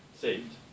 saved